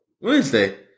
Wednesday